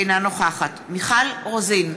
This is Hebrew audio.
אינה נוכחת מיכל רוזין,